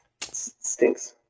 stinks